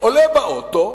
או לאוטו,